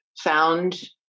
found